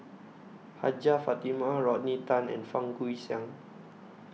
Hajjah Fatimah Rodney Tan and Fang Guixiang